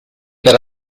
per